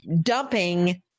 dumping